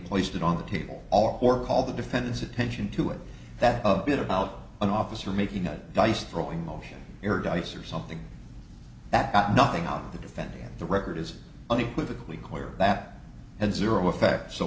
placed it on the table all or all the defendant's attention to it that a bit about an officer making a nice probing motion here or dice or something that got nothing out of the defendant the record is unequivocally clear that and zero effect so